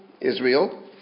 Israel